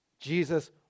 Jesus